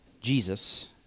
Jesus